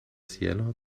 siena